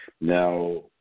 Now